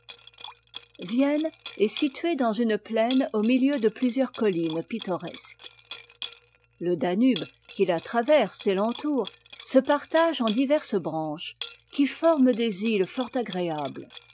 vienne est située dans une plaine au milieu de plusieurs collines pittoresques le danube qui la traverse et l'entoure se partage en diverses branches qui forment des îles fort agréabtes